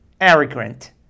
arrogant